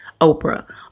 Oprah